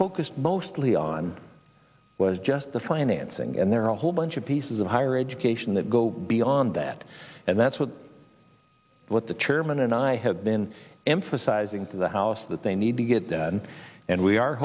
focused mostly on was just the financing and there are a whole bunch of pieces of higher education that go beyond that and that's what what the chairman and i have been emphasizing to the house that they need to get done and we are